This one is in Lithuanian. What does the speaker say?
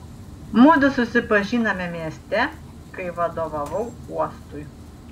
mudu susipažinome mieste kai vadovavau uostui